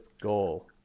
goal